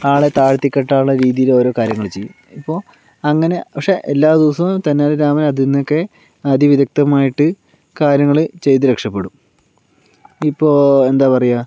ആളെ താഴ്ത്തി കെട്ടാന് ഉള്ള രീതിയിൽ ഓരോ കാര്യങ്ങൾ ചെയ്യും അപ്പോൾ അങ്ങനെ പക്ഷേ എല്ലാ ദിവസവും തെന്നാലിരാമന് അതിൽ നിന്നൊക്കെ അതിവിദഗ്ദ്ധമായിട്ട് കാര്യങ്ങൾ ചെയ്ത് രക്ഷപ്പെടും ഇപ്പോൾ എന്താ പറയുക